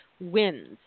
wins